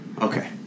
Okay